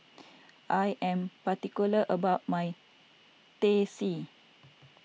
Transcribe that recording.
I am particular about my Teh C